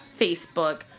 Facebook